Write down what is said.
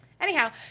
Anyhow